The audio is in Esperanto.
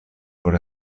por